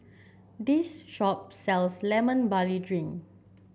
this shop sells Lemon Barley Drink